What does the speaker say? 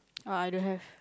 oh I don't have